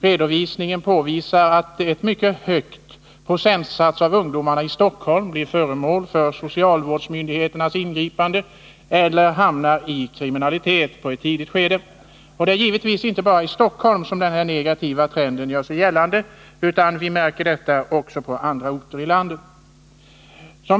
Redovisningar påvisar att en mycket hög procentsats ungdomar i Stockholm blir föremål för socialvårdsmyndigheternas ingripanden eller hamnar i kriminalitet i ett tidigt skede. Och det är givetvis inte bara i Stockholm som denna negativa trend gör sig gällande, utan vi märker detta även på andra orter i landet.